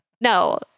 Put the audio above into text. No